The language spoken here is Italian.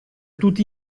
tutti